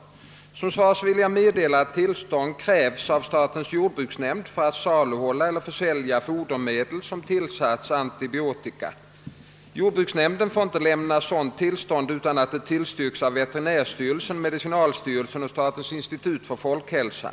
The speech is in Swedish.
Såsom svar vill jag meddela att tillstånd krävs av statens jordbruksnämnd för att saluhålla eller försälja fodermedel som tillsatts antibiotika. Jordbruksnämnden får inte lämna sådant tillstånd utan att det tillstyrkts av veterinärstyrelsen, medicinalstyrelsen och statens institut för folkhälsan.